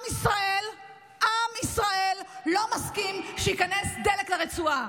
עם ישראל לא מסכים שייכנס דלק לרצועה.